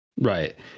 Right